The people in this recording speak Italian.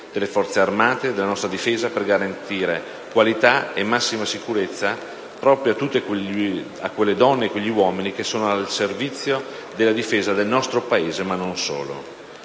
delle Forze armate e della nostra difesa, per garantire qualità e massima sicurezza proprio a quelle donne e quegli uomini che sono al servizio della difesa del nostro Paese e non solo.